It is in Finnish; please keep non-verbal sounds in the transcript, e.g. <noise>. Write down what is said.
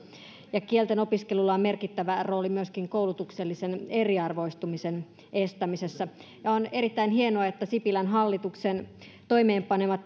ja kielten opiskelulla on merkittävä rooli myöskin koulutuksellisen eriarvoistumisen estämisessä on erittäin hienoa että sipilän hallituksen toimeenpanema <unintelligible>